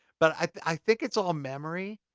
but i think it's all memory.